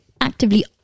actively